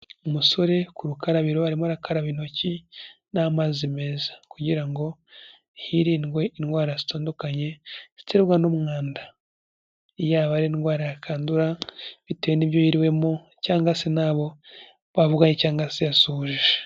Umusore ku rukarabiro arimo arakaraba intoki n'amazi meza, kugira ngo hirindwe indwara zitandukanye ziterwa n'umwanda, yaba ari indwara yakandura bitewe n'ibyo yiriwemo cyangwa se n'abo bavuganye cyangwa se yasuhuje.